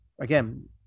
again